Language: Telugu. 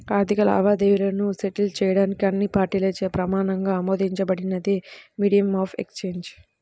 ఆర్థిక లావాదేవీలను సెటిల్ చేయడానికి అన్ని పార్టీలచే ప్రమాణంగా ఆమోదించబడినదే మీడియం ఆఫ్ ఎక్సేంజ్